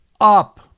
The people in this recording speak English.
up